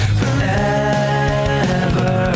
forever